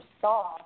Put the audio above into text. saw